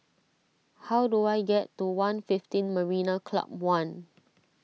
how do I get to one fifteen Marina Club one